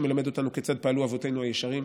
שמלמד אותנו כיצד פעלו אבותינו הישרים,